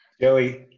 joey